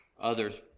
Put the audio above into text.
others